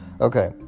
okay